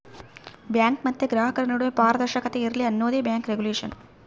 bank ಮತ್ತೆ ಗ್ರಾಹಕರ ನಡುವೆ ಪಾರದರ್ಶಕತೆ ಇರ್ಲಿ ಅನ್ನೋದೇ ಬ್ಯಾಂಕ್ ರಿಗುಲೇಷನ್